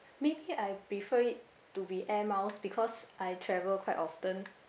maybe I prefer it to be air miles because I travel quite often